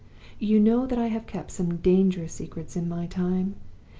you know that i have kept some dangerous secrets in my time,